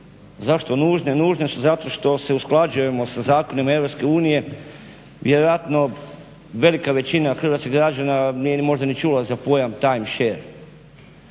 Zašto nužne? Zato što se usklađujemo sa zakonima EU. Vjerojatno velika većina hrvatskih građana nije možda ni čula za pojam time share.